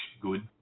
good